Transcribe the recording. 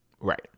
Right